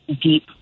deep